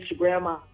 Instagram